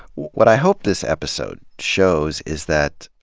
what i hope this episode shows is that,